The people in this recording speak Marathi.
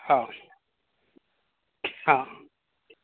हा हा